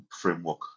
Framework